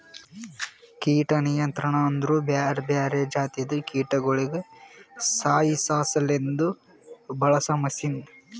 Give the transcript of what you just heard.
ಕೀಟ ನಿಯಂತ್ರಣ ಅಂದುರ್ ಬ್ಯಾರೆ ಬ್ಯಾರೆ ಜಾತಿದು ಕೀಟಗೊಳಿಗ್ ಸಾಯಿಸಾಸಲೆಂದ್ ಬಳಸ ಮಷೀನ್